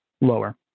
lower